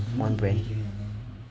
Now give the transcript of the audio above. one brand